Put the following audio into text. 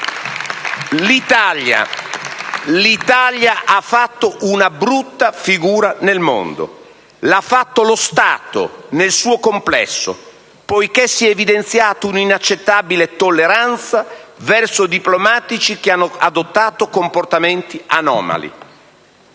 L'Italia ha fatto una brutta figura nel mondo - l'ha fatta lo Stato nel suo complesso - poiché si è evidenziata un'inaccettabile tolleranza verso diplomatici che hanno adottato comportamenti anomali,